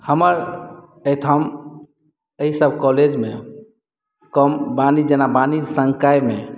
हमर एहिठाम एहि सभ कॉलेजमे कम वानि जेना वाणिज्य संकायमे